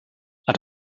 hat